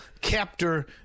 captor